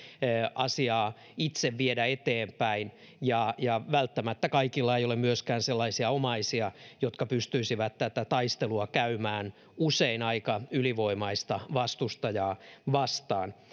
asiaa itse viedä eteenpäin ja ja välttämättä kaikilla ei ole myöskään sellaisia omaisia jotka pystyisivät tätä taistelua käymään usein aika ylivoimaista vastustajaa vastaan